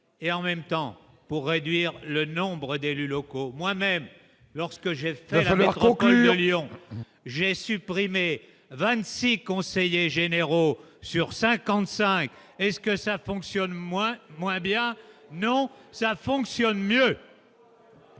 et en même temps pour réduire le nombre d'élus locaux moi-même lorsque j'ai fait savoir conclure j'ai supprimé 26 conseillers généraux sur 55 est-ce que ça fonctionne, moins, moins bien, non, ça fonctionne mieux.